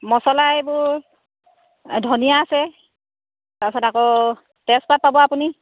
মচলা এইবোৰ এই ধনিয়া আছে তাৰ পিছত আকৌ তেজপাত পাব আপুনি